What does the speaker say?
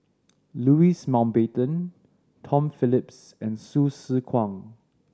Louis Mountbatten Tom Phillips and Hsu Tse Kwang